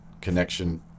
connection